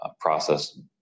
process